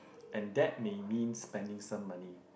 and that may means spending some money